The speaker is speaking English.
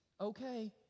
okay